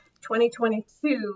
2022